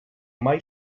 mai